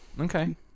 Okay